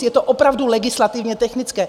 Je to opravdu legislativně technické.